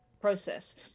process